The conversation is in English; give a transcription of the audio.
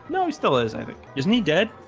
no, he still is i think isn't he dead?